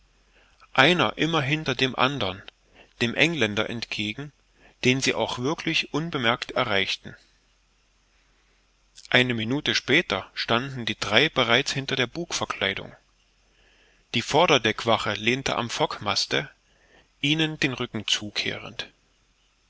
einer immer hinter dem andern dem engländer entgegen den sie auch wirklich unbemerkt erreichten eine minute später standen die drei bereits hinter der bugverkleidung die vorderdeckwache lehnte am fockmaste ihnen den rücken zukehrend